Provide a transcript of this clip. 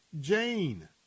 Jane